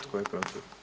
tko je protiv?